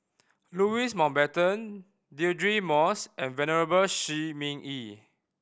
Louis Mountbatten Deirdre Moss and Venerable Shi Ming Yi